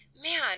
man